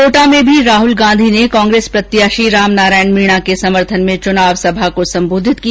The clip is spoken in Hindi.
कोटा में भी राहुल गांधी ने कांग्रेस प्रत्याशी रामनारायण मीणा के समर्थन में चुनावी सभा को संबोधित किया